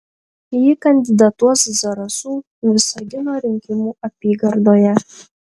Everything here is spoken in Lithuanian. ji kandidatuos zarasų visagino rinkimų apygardoje